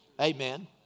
Amen